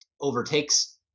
overtakes